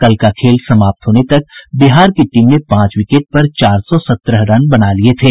कल का खेल समाप्त होने तक बिहार की टीम ने पांच विकेट पर चार सौ सत्रह रन बना लिये थे